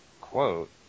quote